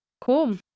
Cool